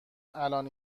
الان